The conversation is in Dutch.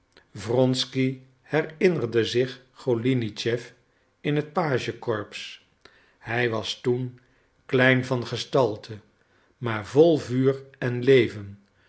wronsky herinnerde zich golinitschef in het page corps hij was toen klein van gestalte maar vol vuur en leven